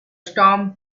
storm